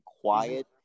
quiet